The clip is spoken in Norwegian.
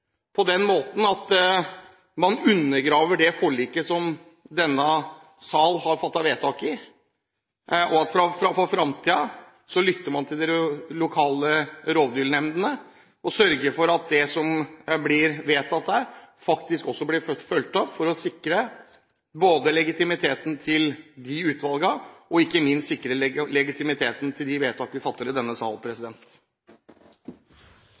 at man undergraver det forliket som denne salen har fattet vedtak om, og at man for fremtiden lytter til de lokale rovdyrnemndene og sørger for at det som blir vedtatt der, faktisk også blir fulgt opp, for å sikre legitimiteten til disse utvalgene og ikke minst sikre legitimiteten til de vedtak vi fatter i denne sal.